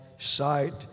Sight